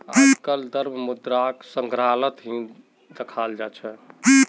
आजकल द्रव्य मुद्राक संग्रहालत ही दखाल जा छे